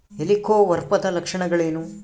ಹೆಲಿಕೋವರ್ಪದ ಲಕ್ಷಣಗಳೇನು?